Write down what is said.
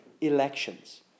elections